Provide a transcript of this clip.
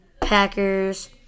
Packers